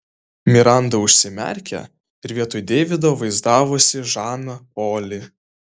miranda užsimerkė ir vietoj deivido vaizdavosi žaną polį